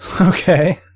Okay